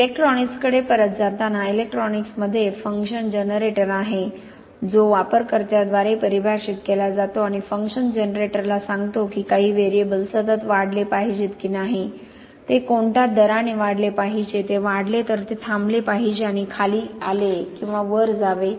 इलेक्ट्रॉनिक्सकडे परत जाताना इलेक्ट्रॉनिक्समध्ये फंक्शन जनरेटर आहे जो वापरकर्त्याद्वारे परिभाषित केला जातो आपण फंक्शन जनरेटरला सांगतो की काही व्हेरिएबल्स सतत वाढले पाहिजेत की नाही ते कोणत्या दराने वाढले पाहिजे ते वाढले तर ते थांबले पाहिजे आणि खाली आले किंवा वर जावे